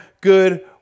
good